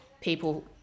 people